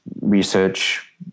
research